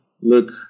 look